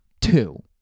Two